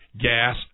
gas